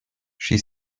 she